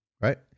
right